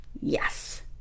yes